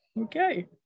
Okay